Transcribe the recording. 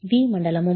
V மண்டலமும்